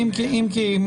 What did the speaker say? אם כי,